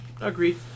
Agreed